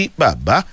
baba